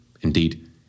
Indeed